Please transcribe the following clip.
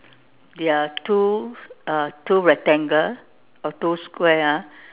there are two uh two rectangle or two square ah